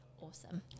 awesome